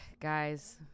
guys